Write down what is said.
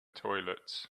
toilets